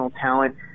talent